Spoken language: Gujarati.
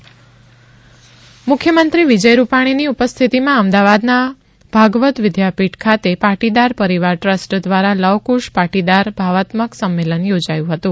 ભાવાત્મક પાટીદાર સંમેલન મુખ્યમંત્રી વિજય રૂપાણીની ઉપસ્થિતિમાં અમદાવાદનાં ભાગવત વિદ્યાપીઠ ખાતે પાટીદીર પરિવાર દ્રસ્ટ દ્વારા લવ કુશ પાટીદાર ભાવાત્મક સંમેલન યોજાયું હતું